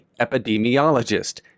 epidemiologist